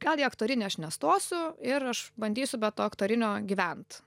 gal į aktorinį aš nestosiu ir aš bandysiu be to aktorinio gyvent